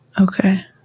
Okay